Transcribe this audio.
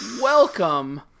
Welcome